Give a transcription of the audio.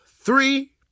three